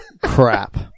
crap